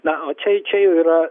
na o čia čia jau yra